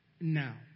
now